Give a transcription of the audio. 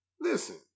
listen